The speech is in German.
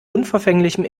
unverfänglichem